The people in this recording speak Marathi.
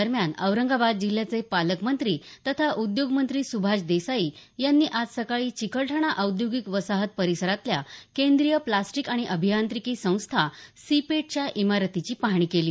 दरम्यान औरंगाबाद जिल्ह्याचे पालकमंत्री तथा उद्योगमंत्री सुभाष देसाई यांनी आज सकाळी चिकलठाणा औद्योगिक वसाहत परिसरातल्या केंद्रीय प्लास्टिक आणि अभियांत्रिकी संस्था सिपेटच्या इमारतीची पाहणी केली